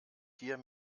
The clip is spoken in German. hier